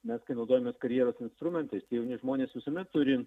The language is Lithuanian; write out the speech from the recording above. mes kai naudojamės karjeros instrumentais jauni žmonės visuomet turi